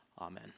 Amen